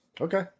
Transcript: Okay